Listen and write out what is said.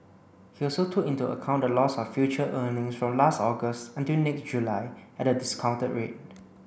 he also took into account the loss of future earnings from last August until next July at a discounted rate